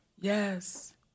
Yes